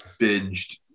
binged